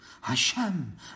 Hashem